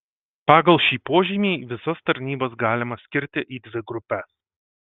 pagal šį požymį visas tarnybas galima skirti į dvi grupes